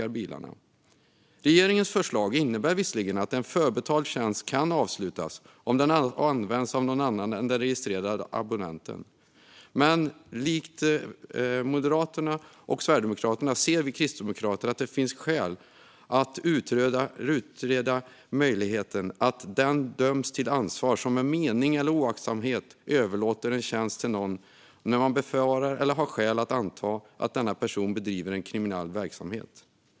Regeringens förslag innebär visserligen att en förbetald tjänst kan avslutas om den används av någon annan än den registrerade abonnenten, men i likhet med Moderaterna och Sverigedemokraterna ser vi kristdemokrater att det finns skäl att utreda möjligheten att man döms till ansvar om man med mening eller oaktsamhet överlåter en tjänst till någon som man befarar eller har skäl att anta bedriver kriminell verksamhet.